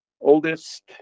oldest